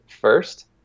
first